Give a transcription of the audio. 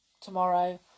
tomorrow